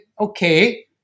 Okay